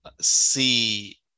see